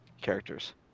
characters